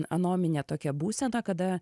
anominė tokia būsena kada